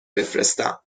بفرستم